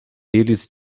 eles